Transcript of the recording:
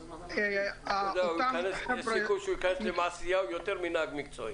יש סיכוי שהוא ייכנס למעשיהו יותר מנהג מקצועי.